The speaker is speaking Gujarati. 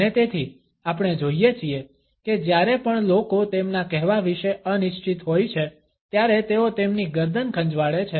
અને તેથી આપણે જોઈએ છીએ કે જ્યારે પણ લોકો તેમના કહેવા વિશે અનિશ્ચિત હોય છે ત્યારે તેઓ તેમની ગરદન ખંજવાળે છે